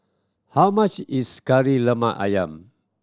how much is Kari Lemak Ayam